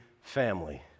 family